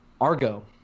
Argo